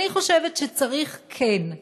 ואני חושבת שצריך כן,